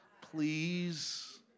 Please